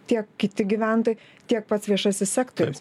tiek kiti gyventojai tiek pats viešasis sektorius